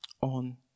on